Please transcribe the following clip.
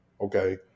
Okay